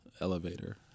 Elevator